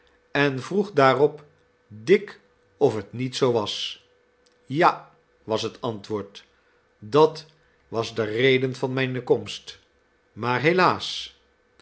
en vroeg daarop dick of het niet zoo was ja was het antwoord dat was de reden van mljne komst maar helaas